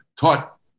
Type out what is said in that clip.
taught